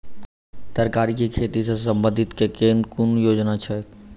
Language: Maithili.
तरकारी केँ खेती सऽ संबंधित केँ कुन योजना छैक?